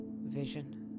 vision